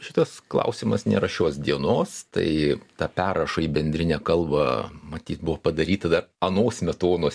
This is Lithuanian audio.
šitas klausimas nėra šios dienos tai ta perraša į bendrinę kalba matyt buvo padaryta dar ano smetonos